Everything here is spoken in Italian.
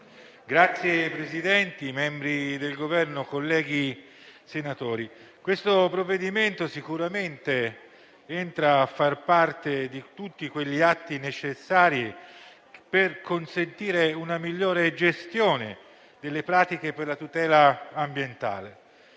Signor Presidente, membri del Governo, colleghi senatori, il provvedimento in discussione sicuramente entra a far parte di tutti quegli atti necessari per consentire una migliore gestione delle pratiche per la tutela ambientale.